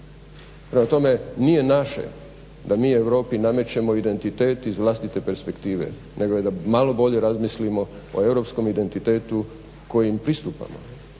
Prema tome, nije naše da mi Europi namećemo identitet iz vlastite perspektive, nego je da malo bolje razmislimo o europskom identitetu kojem pristupamo,